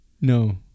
No